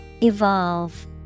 Evolve